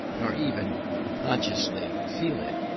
nor even consciously feel it.